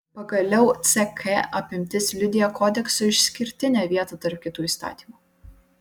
pagaliau ck apimtis liudija kodekso išskirtinę vietą tarp kitų įstatymų